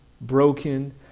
Broken